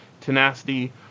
tenacity